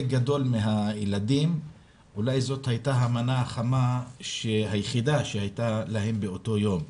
גדול מהילדים אולי זו הייתה המנה היחידה שהייתה להם באותו יום.